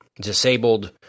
disabled